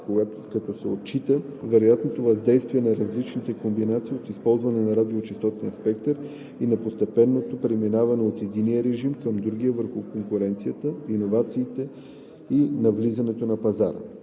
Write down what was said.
като се отчита вероятното въздействие на различните комбинации от използване на радиочестотния спектър и на постепенното преминаване от единия режим към другия върху конкуренцията, иновациите и навлизането на пазара.